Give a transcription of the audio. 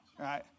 right